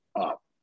up